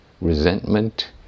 resentment